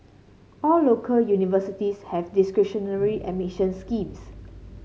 all local universities have discretionary admission schemes